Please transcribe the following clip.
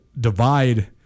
divide